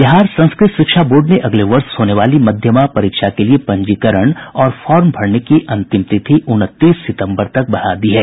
बिहार संस्कृत शिक्षा बोर्ड ने अगले वर्ष होने वाली मध्यमा परीक्षा के लिये पंजीकरण और फार्म भरने की अंतिम तिथि उनतीस सितंबर तक बढ़ा दी है